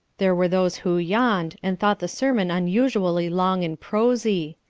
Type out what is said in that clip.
there were those who yawned, and thought the sermon unusually long and prosy.